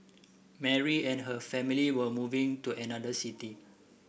Mary and her family were moving to another city